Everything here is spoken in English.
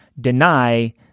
deny